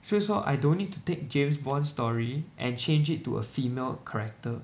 所以说 I don't need to take James Bond story and change it to a female character